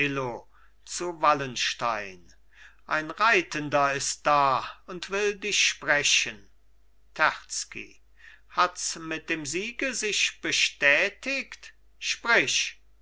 zu wallenstein ein reitender ist da und will dich sprechen terzky hats mit dem siege sich bestätigt sprich